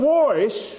voice